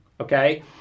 Okay